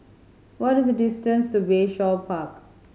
what is the distance to Bayshore Park